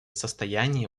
состоянии